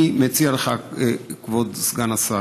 אני מציע לך, כבוד סגן השר,